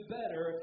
better